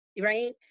right